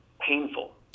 painful